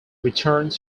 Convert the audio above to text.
returned